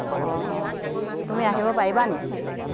অঁ অঁ তুমি আহিব পাৰিবা নেকি